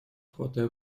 хватая